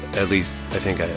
at least, i think i